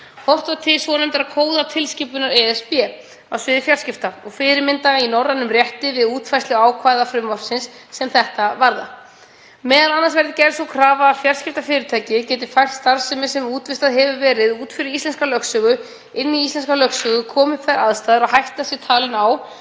Horft var til svonefndrar kóðatilskipunar ESB á sviði fjarskipta og fyrirmynda í norrænum rétti við útfærslu ákvæða frumvarpsins sem þetta varða. Meðal annars verði gerð sú krafa að fjarskiptafyrirtæki geti fært starfsemi sem útvistað hefur verið út fyrir íslenska lögsögu inn í íslenska lögsögu komi upp þær aðstæður að hætta sé talin á